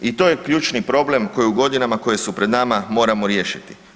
I to je ključni problem koji u godinama koje su pred nama moramo riješiti.